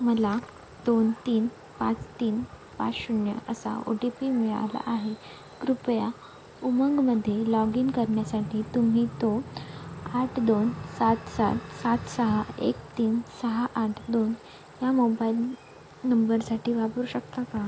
मला दोन तीन पाच तीन पाच शून्य असा ओ टी पी मिळाला आहे कृपया उमंगमध्ये लॉग इन करण्यासाठी तुम्ही तो आठ दोन सात सात सात सहा एक तीन सहा आठ दोन ह्या मोबाईल नंबरसाठी वापरू शकता का